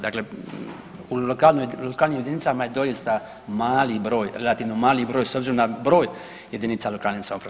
Dakle u lokalnim jedinicama je doista mali broj, relativno mali broj s obzirom na broj jedinica lokalne samouprave.